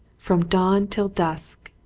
from dawn till dusk,